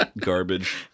garbage